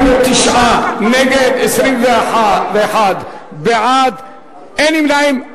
49 נגד, 21 בעד, אין נמנעים.